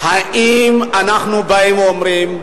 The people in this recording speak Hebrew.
האם אנחנו באים ואומרים,